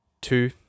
two